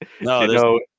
No